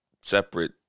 separate